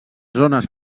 zones